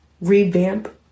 revamp